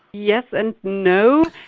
yes and no.